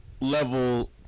level